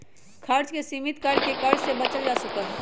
खर्च के सीमित कर के कर्ज से बचल जा सका हई